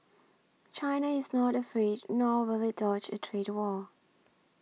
China is not afraid nor will it dodge a trade war